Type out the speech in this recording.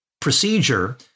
procedure